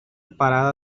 parada